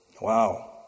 Wow